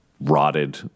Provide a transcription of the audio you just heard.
rotted